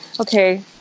okay